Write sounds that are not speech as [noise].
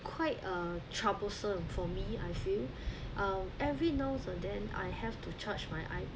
quite a troublesome for me I feel [breath] uh every now and then I have to charge my